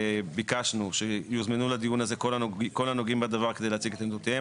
ביקשנו שיוזמנו לדיון הזה כל הנוגעים בדבר כדי להציג את עמדותיהם.